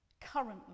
currently